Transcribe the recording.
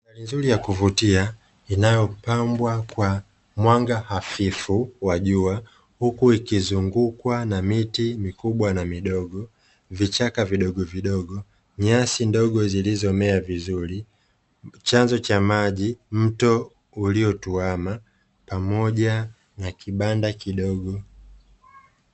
Mandhari nzuri ya kuvutia inayopambwa kwa mwanga hafifu wa jua; huku ikizungukwa na miti mikubwa na midogo, vichaka vidogovidogo, nyasi ndogo zilizomea vizuri, chanzo cha maji, mto uliotuama pamoja na kibanda kidogo.